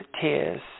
tears